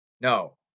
No